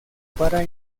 para